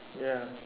ya